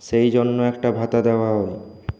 সেইজন্য একটা ভাতা দেওয়া হয়